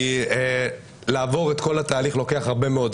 כי לעבור את כל התהליך לוקח הרבה מאוד זמן.